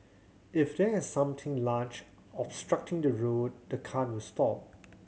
if there something large obstructing the route the cart will stop